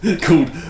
called